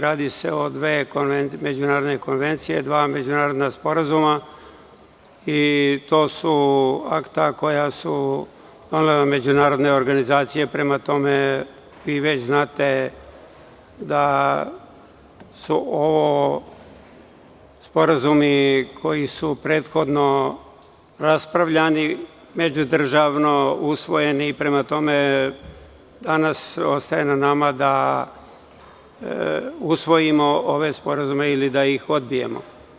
Radi se o dve međunarodne konvencije, dva međunarodna sporazuma i to su akta koja su donele međunarodne organizacije, prema tome, vi već znate da su ovo sporazumi koji su prethodno raspravljani, međudržavno usvojeni i prema tome, danas ostaje na nama da usvojimo ove sporazume ili da ih odbijemo.